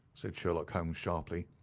said sherlock holmes sharply.